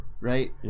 right